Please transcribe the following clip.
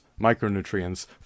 micronutrients